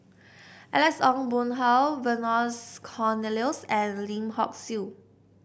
Alex Ong Boon Hau Cornelius and Lim Hock Siew